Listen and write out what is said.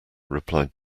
replied